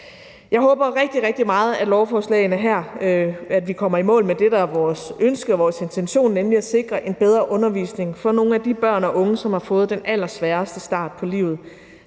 Jeg håber rigtig, rigtig meget, at lovforslagene her bringer os i mål med det, der er vores ønske og intention, nemlig at sikre en bedre undervisning for nogle af de børn og unge, som har fået den allersværeste start på livet.